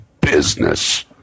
business